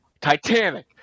Titanic